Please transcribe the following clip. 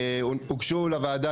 הוגשו לוועדה